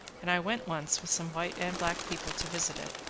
and i went once with some white and black people to visit it.